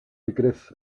begriff